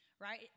right